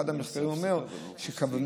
אחד המחקרים אומר שהצעירים,